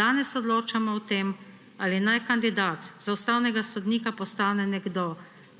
danes odločamo o tem, ali naj kandidat za ustavnega sodnika postane nekdo,